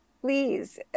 please